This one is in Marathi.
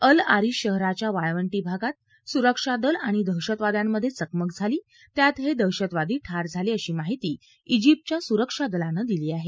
अल आरिश शहराच्या वाळवंटी भागात सुरक्षा दल आणि दहशतवाद्यांमध्ये चकमक झाली त्यात हे दहशतवादी ठार झाले अशी माहिती स्त्रिप्तच्या सुरक्षा दलानं दिली आहे